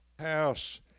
house